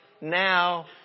Now